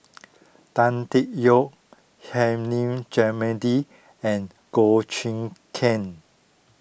Tan Tee Yoke Hilmi and Goh Choon Kang